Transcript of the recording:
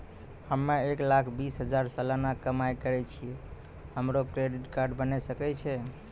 हम्मय एक लाख बीस हजार सलाना कमाई करे छियै, हमरो क्रेडिट कार्ड बने सकय छै?